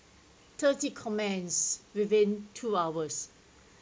thirty comments within two hours